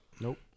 Nope